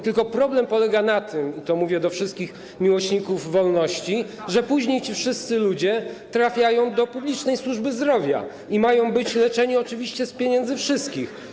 Tylko problem polega na tym, i to mówię do wszystkich miłośników wolności, że później ci wszyscy ludzie trafiają do publicznej służby zdrowi i mają być leczeni oczywiście za pieniądze wszystkich.